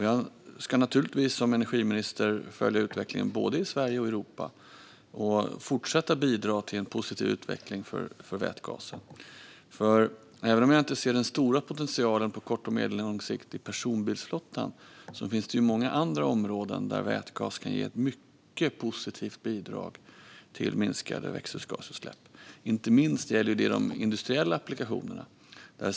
Jag ska naturligtvis som energiminister följa utvecklingen både i Sverige och i Europa och fortsätta att bidra till en positiv utveckling för vätgasen. Även om jag inte ser den stora potentialen i personbilsflottan på kort och medellång sikt finns det många andra områden där vätgas kan ge ett mycket positivt bidrag till minskade växthusgasutsläpp. Inte minst gäller det de industriella applikationerna.